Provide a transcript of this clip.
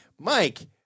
mike